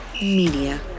Media